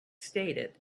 stated